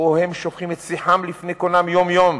שבו הם שופכים את שיחם לפני קונם יום-יום,